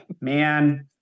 man